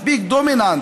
מספיק דומיננטי.